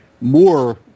more